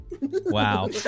Wow